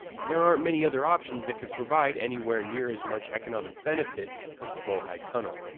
and there aren't many other options that could provide anywhere near as much economic benefit as the bohai tunnel,